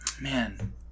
man